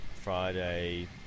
Friday-